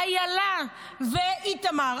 איילה ואיתמר,